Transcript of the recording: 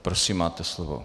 Prosím, máte slovo.